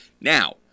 Now